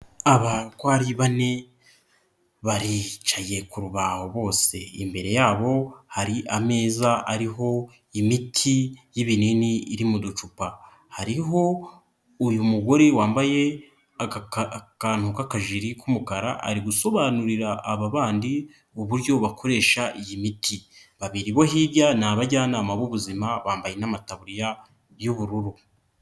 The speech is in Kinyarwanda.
Aba uko ari bane baricaye ku rubaho bose, imbere yabo hari ameza ariho imiti y'ibinini iri mu ducupa, hariho uyu mugore wambaye akantu k'akajiri k'umukara ari gusobanurira aba bandi uburyo bakoresha iyi miti, babiri bo hirya ni abajyanama b'ubuzima bambaye n'amataburiya y'ubururu.